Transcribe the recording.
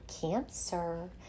Cancer